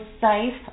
safe